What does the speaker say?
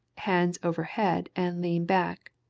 hands over head and lean back.